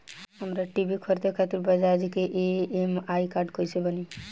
हमरा टी.वी खरीदे खातिर बज़ाज़ के ई.एम.आई कार्ड कईसे बनी?